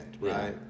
right